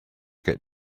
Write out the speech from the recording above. get